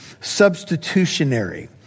substitutionary